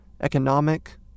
economic